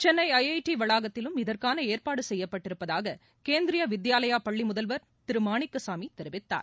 சென்னைஐஐடிவளாகத்திலும் இதற்கானஏற்பாடுசெய்யப்பட்டிருப்பதாககேந்திரியவித்யாலயாபள்ளிமுதல்வர் திருமாணிக்கசாமிதெரிவித்தார்